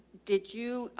did you,